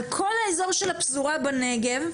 על כל האיזור של הפזורה בנגב,